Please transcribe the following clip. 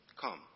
Come